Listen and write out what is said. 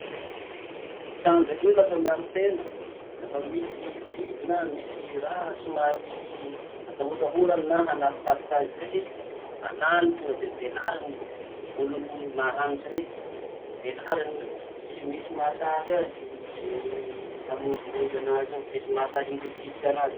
Trandraky io lafa miaro tena, lafa misy biby na misy raha somary atahotahorany na hanafikafiky azy zay, alany tonga de velariny volony maranitsy rey, velariny rey la tsy misy mahasaky azy i ze hamonjimonjy anazy eo. Tsisy mahasaky mikitikitiky anazy.